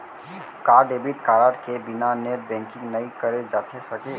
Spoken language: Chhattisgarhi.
का डेबिट कारड के बिना नेट बैंकिंग नई करे जाथे सके?